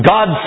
God